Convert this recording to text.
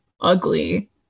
ugly